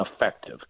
effective